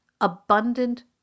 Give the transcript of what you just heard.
abundant